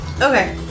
Okay